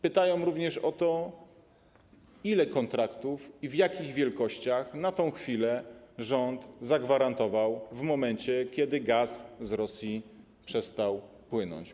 Pytają oni również o to, ile kontraktów i w jakich wielkościach na tę chwilę rząd zagwarantował - w momencie, kiedy gaz z Rosji przestał płynąć.